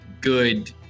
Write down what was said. good